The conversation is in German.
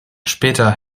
später